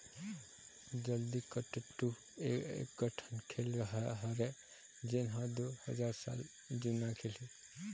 जल्लीकट्टू ए एकठन खेल हरय जेन ह दू हजार साल जुन्ना खेल हे